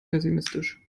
pessimistisch